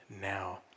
now